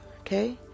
okay